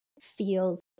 feels